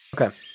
Okay